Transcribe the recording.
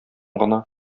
гына